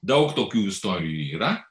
daug tokių istorijų yra